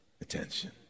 attention